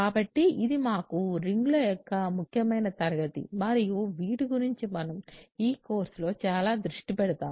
కాబట్టి ఇది మాకు రింగ్ల యొక్క ముఖ్యమైన తరగతి మరియు వీటి గురించి మనము ఈ కోర్సులో చాలా దృష్టి పెడతాము